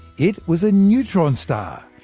it was a neutron star,